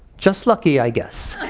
just lucky i guess.